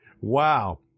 Wow